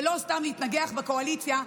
ולא סתם להתנגח בקואליציה.